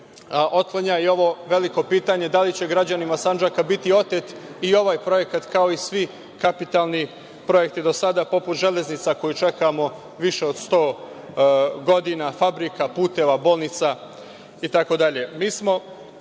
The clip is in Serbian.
otklanja i ovo veliko pitanje da li će građanima Sandžaka biti otet i ovaj projekat, kao i svi kapitalni projekti do sada, poput „Železnica“ koju čekamo više od sto godina, fabrika, puteva, bolnica itd. Mi